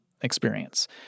experience